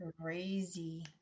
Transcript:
crazy